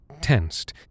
tensed